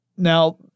Now